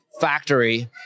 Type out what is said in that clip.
factory